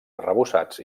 arrebossats